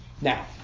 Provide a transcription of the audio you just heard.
Now